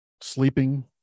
Sleeping